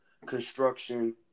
Construction